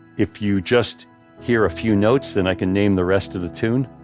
if you just hear a few notes, then i can name the rest of the tune.